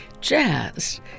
Jazz